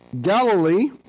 Galilee